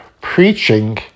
preaching